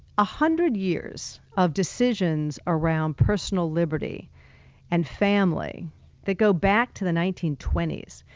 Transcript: a hundred years of decisions around personal liberty and family that go back to the nineteen twenty s.